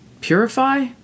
Purify